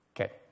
Okay